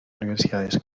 universidades